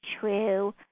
true